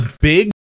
big